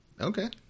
Okay